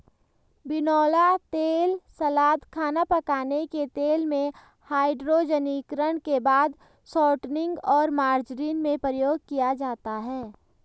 बिनौला तेल सलाद, खाना पकाने के तेल में, हाइड्रोजनीकरण के बाद शॉर्टनिंग और मार्जरीन में प्रयोग किया जाता है